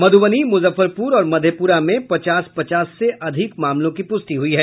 मध्रबनी मुजफ्फरपूर और मधेपूरा में पचास पचास से अधिक मामलों की पुष्टि हुई है